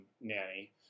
nanny